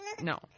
No